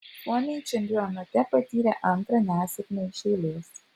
suomiai čempionate patyrė antrą nesėkmę iš eilės